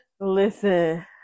Listen